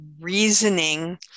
reasoning